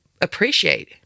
appreciate